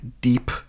deep